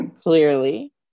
clearly